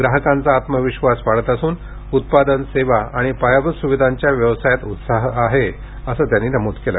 ग्राहकांचा आत्मविश्वास वाढत असून उत्पादन सेवा आणि पायाभूत सुविधांच्या व्यवसायात उत्साह आहे असं त्यानी सांगितलं